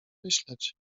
myśleć